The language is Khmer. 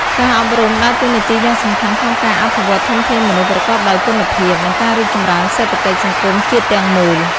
ការអប់រំដើរតួនាទីយ៉ាងសំខាន់ក្នុងការអភិវឌ្ឍធនធានមនុស្សប្រកបដោយគុណភាព និងការរីកចម្រើនសេដ្ឋកិច្ចសង្គមជាតិទាំងមូល។